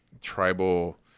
tribal